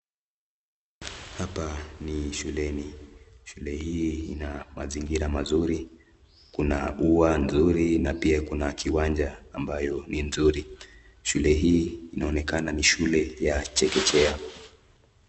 Hapa ni shuleni , shule hii ina mazingira mazuri kuna ua nzuri na pia kuna kiwanja ambayo ni nzuri , shule hii inaonekana ni shule ya chekechea.